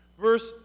Verse